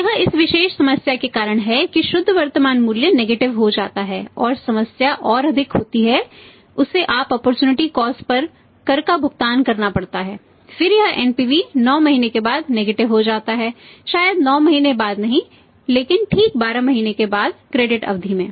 तो यह इस विशेष समस्या के कारण है कि शुद्ध वर्तमान मूल्य नेगेटिव अवधि में